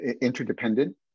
interdependent